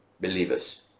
believers